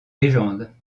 légendes